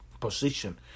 position